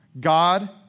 God